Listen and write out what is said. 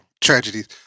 tragedies